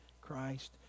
Christ